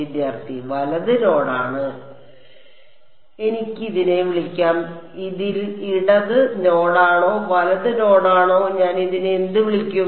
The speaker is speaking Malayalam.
വിദ്യാർത്ഥി വലത് നോഡാണ് എനിക്ക് ഇതിനെ വിളിക്കാം ഇതിൽ ഇടത് നോഡാണോ വലത് നോഡാണോ ഞാൻ ഇതിനെ എന്ത് വിളിക്കും